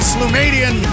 Slumadian